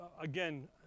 again